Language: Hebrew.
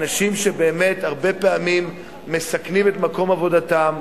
אנשים שבאמת, הרבה פעמים מסכנים את מקום עבודתם,